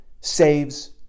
saves